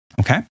okay